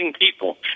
people